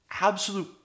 absolute